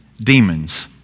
demons